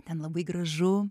ten labai gražu